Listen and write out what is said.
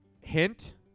Hint